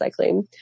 recycling